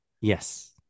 Yes